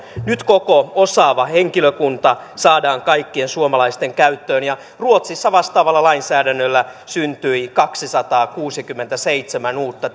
nyt koko osaava henkilökunta saadaan kaikkien suomalaisten käyttöön ruotsissa vastaavalla lainsäädännöllä syntyi kaksisataakuusikymmentäseitsemän uutta